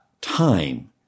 time